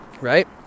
Right